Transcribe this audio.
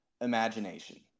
imagination